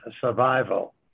survival